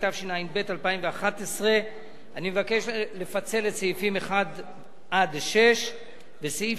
התשע"ב 2011. אני מבקש לפצל את סעיפים 1 6 ואת סעיף